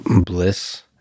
bliss